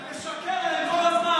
כשאתה משקר להם כל הזמן,